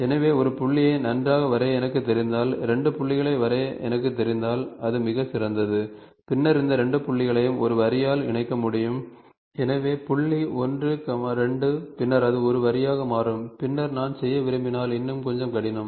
எனவே ஒரு புள்ளியை நன்றாக வரைய எனக்குத் தெரிந்தால் 2 புள்ளிகளை வரைய எனக்குத் தெரிந்தால் அது மிகச் சிறந்தது பின்னர் இந்த 2 புள்ளிகளையும் ஒரு வரியால் இணைக்க முடியும் எனவே புள்ளி 1 2 பின்னர் அது ஒரு வரியாக மாறும் பின்னர் நான் செய்ய விரும்பினால் இன்னும் கொஞ்சம் கடினம்